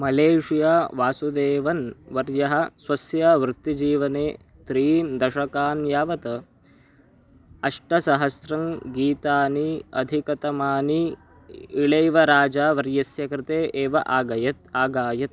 Malaysia Vasudevan वर्यः स्वस्य वृत्तिजीवने त्रीणि दशकान् यावत् अष्टसहस्रं गीतानि अधिकतमानि इळैवराजावर्यस्य कृते एव अगायत् आगयत्